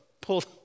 pulled